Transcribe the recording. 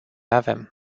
avem